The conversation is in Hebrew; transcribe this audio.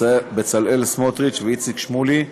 בצלאל סמוטריץ ואיציק שמולי,